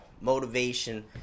motivation